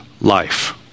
life